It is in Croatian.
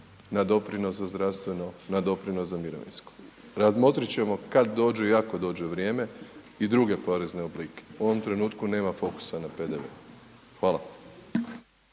na doprinos za zdravstveno, na doprinos za mirovinsko. Razmotrit ćemo kad dođe i ako dođe vrijeme i druge porezne oblike. U ovom trenutku nema fokusa na PDV. Hvala.